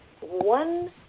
one